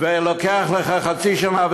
ולוקח לך חצי שנה,